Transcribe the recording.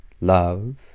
love